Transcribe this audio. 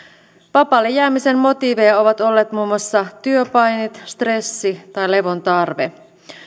vapaalle jäämisen motiiveja ovat olleet muun muassa työpaineet stressi tai levon tarve